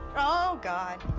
oh god.